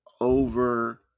over